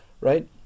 right